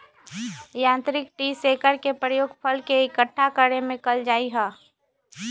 यांत्रिक tree shaker के प्रयोग फल के इक्कठा करे में कइल जाहई